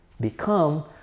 become